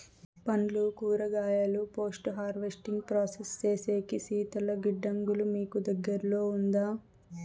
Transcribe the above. పండ్లు కూరగాయలు post harvesting process సేసేకి శీతల గిడ్డంగులు మీకు దగ్గర్లో ఉందా?